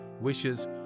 wishes